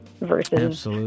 versus